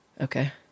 Okay